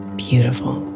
beautiful